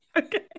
Okay